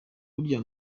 burya